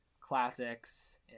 classics